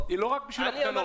היא לא רק בשביל הפגנות.